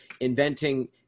inventing